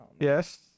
yes